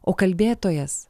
o kalbėtojas